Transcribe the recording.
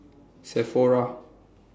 Sephora